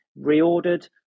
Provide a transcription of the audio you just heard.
reordered